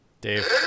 Dave